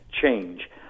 change